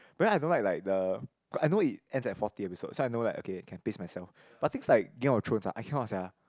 but then I don't like like the I know it ends at forty episode so I know like okay can pace myself but things like Games of Thrones ah I cannot sia